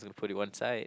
put it one side